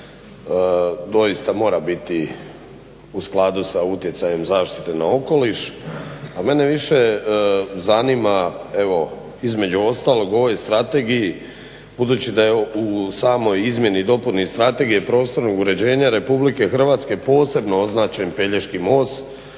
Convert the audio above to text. doista mora biti u skladu sa utjecajem zaštite na okoliš, a mene više zanima između ostalog u ovoj strategiji budući da je u samoj izmjeni i dopuni Strategiju prostornog uređenja Republike Hrvatske posebno označen Pelješki most